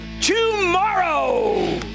tomorrow